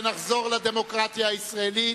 ונחזור לדמוקרטיה הישראלית.